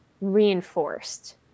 reinforced